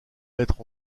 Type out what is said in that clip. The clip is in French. mettre